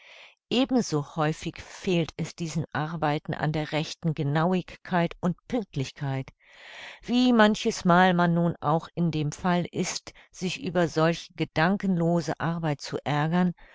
ebenso häufig fehlt es diesen arbeiten an der rechten genauigkeit und pünktlichkeit wie manchesmal man nun auch in dem fall ist sich über solche gedankenlose arbeit zu ärgern